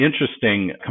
interesting